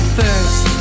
first